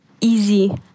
easy